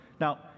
Now